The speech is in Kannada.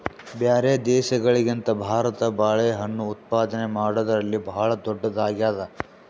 ಬ್ಯಾರೆ ದೇಶಗಳಿಗಿಂತ ಭಾರತ ಬಾಳೆಹಣ್ಣು ಉತ್ಪಾದನೆ ಮಾಡದ್ರಲ್ಲಿ ಭಾಳ್ ಧೊಡ್ಡದಾಗ್ಯಾದ